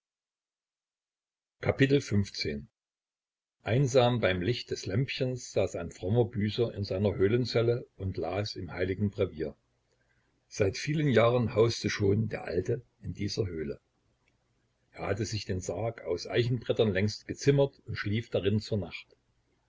einsam beim licht des lämpchens saß ein frommer büßer in seiner höhlenzelle und las im heiligen brevier seit vielen jahren hauste schon der alte in dieser höhle er hatte sich den sarg aus eichenbrettern längst gezimmert und schlief darin zur nacht